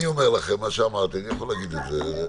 אני אומר לכם מה שאמרתי, אני יכול להגיד את זה.